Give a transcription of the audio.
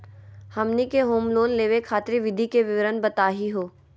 हमनी के home loan लेवे खातीर विधि के विवरण बताही हो?